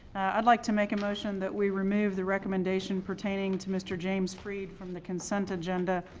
i'd like to make a motion that we remove the recommendation pertaining to mr. james freed from the consent agenda,